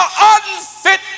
unfit